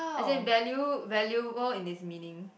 as in value valuable in it's meaning